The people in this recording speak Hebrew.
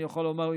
אני יכול לומר,